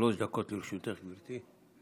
שלוש דקות לרשותך, גברתי.